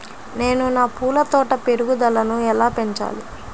నేను నా పూల తోట పెరుగుదలను ఎలా పెంచాలి?